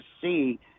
see